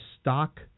stock